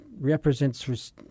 represents